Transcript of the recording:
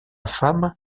femme